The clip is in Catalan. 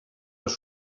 les